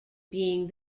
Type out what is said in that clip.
being